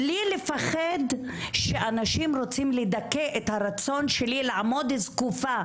בלי לפחד שאנשים רוצים לדכא את הרצון שלי לעמוד זקופה,